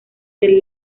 del